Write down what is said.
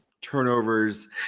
turnovers